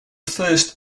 first